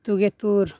ᱛᱩᱜᱮ ᱛᱩᱨ